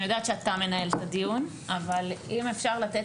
אני יודעת שאתה מנהל את הדיון אבל אם אפשר לתת